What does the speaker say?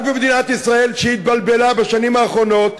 רק במדינת ישראל, שהתבלבלה בשנים האחרונות,